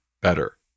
better